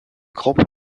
grands